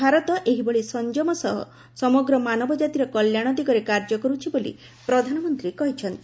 ଭାରତ ଏହିଭଳି ସଂଯମ ସହ ସମଗ୍ର ମାନବ ଜାତିର କଲ୍ୟାଣ ଦିଗରେ କାର୍ଯ୍ୟ କରୁଛି ବୋଲି ପ୍ରଧାନମନ୍ତ୍ରୀ କହିଛନ୍ତି